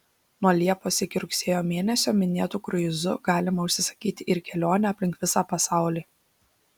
nuo liepos iki rugsėjo mėnesio minėtu kruizu galima užsisakyti ir kelionę aplink visą pasaulį